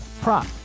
prop